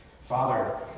Father